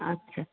আচ্ছা